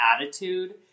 attitude